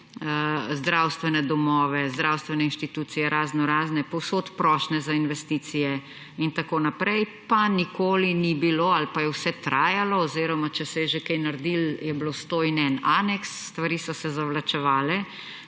zdravstvene domove, raznorazne zdravstvene institucije. Povsod prošnje za investicije in tako naprej, pa nikoli ni bilo ali pa je vse trajalo oziroma če se je že kaj naredilo, je bilo 101 aneks, stvari so se zavlačevale,